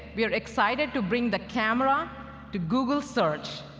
we are excited to bring the camera to google search,